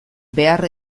behar